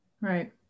Right